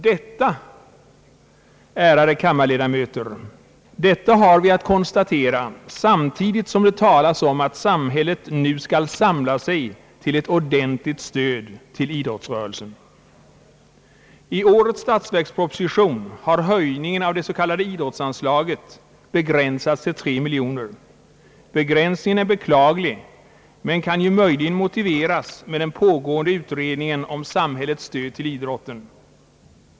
Detta, ärade kammarledamöter, har vi att konstatera samtidigt som det talas om att samhället nu skall samla sig till ett ordentligt stöd till idrottsrörelsen. I årets statsverksproposition har höjningen av det s.k. idrottsanslaget begränsats till tre miljoner kronor. Begränsningen är beklaglig men kan möjligen motiveras med den pågående utredningen om samhällets stöd till idrotten.